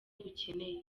ukeneye